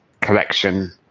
collection